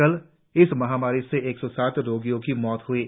कल इस महामारी से एक सौं सात रोगियों की मौत हुई है